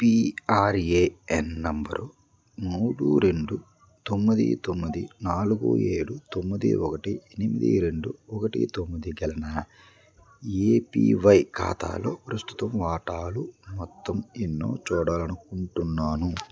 PRAN number మూడు రెండు తొమ్మిది తొమ్మిది నాలుగు ఏడు తొమ్మిది ఒకటి ఎనిమిది రెండు ఒకటి తొమ్మిది గల నా ఏపీవై ఖాతాలో ప్రస్తుత వాటాలు మొత్తం ఎన్నో చూడాలనుకుంటున్నాను